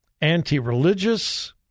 anti-religious